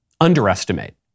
Underestimate